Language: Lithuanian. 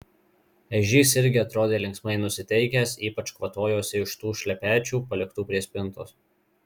ežys irgi atrodė linksmai nusiteikęs ypač kvatojosi iš tų šlepečių paliktų prie spintos